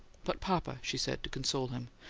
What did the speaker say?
but, papa, she said, to console him,